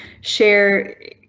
share